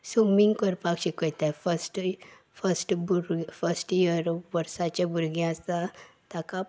swimming करपाक शिकयतात first first भूर फस्ट इयर वर्साचें भुरगें आसा ताका